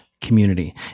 community